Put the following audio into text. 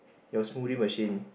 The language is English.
your smoothie machine